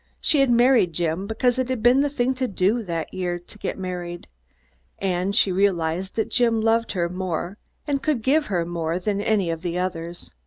she had married jim, because it had been the thing to do that year, to get married and she realized that jim loved her more and could give her more than any of the others.